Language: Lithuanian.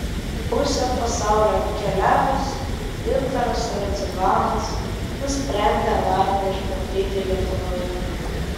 pusę pasaulio apkeliavęs gintaras radzivanas nusprendė laimę išbandyti lietuvoje